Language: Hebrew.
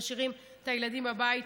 הם משאירים את הילדים בבית.